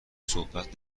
صحبت